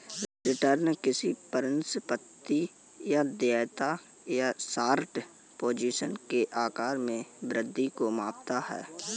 return किसी परिसंपत्ति या देयता या शॉर्ट पोजीशन के आकार में वृद्धि को मापता है